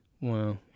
Wow